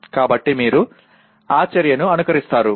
కాబట్టి మీరు ఆ చర్యను అనుకరిస్తారు